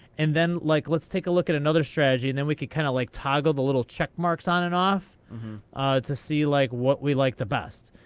and then, like, let's take a look at another strategy, and then we could kind of like toggle a little check-marks on and off ah to see like what we like the best.